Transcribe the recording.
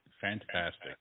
fantastic